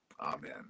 Amen